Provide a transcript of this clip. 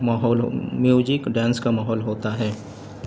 ماحول music dance کا ماحول ہوتا ہے